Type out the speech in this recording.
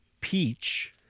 Peach